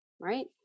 right